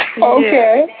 Okay